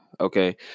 okay